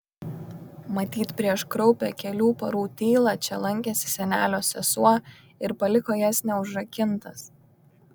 matyt prieš kraupią kelių parų tylą čia lankėsi senelio sesuo ir paliko jas neužrakintas